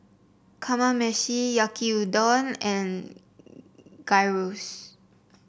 Kamameshi Yaki Udon and Gyros